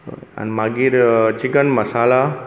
आनी मागीर चिकन मसाला